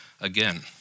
again